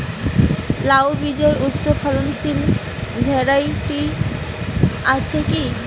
লাউ বীজের উচ্চ ফলনশীল ভ্যারাইটি আছে কী?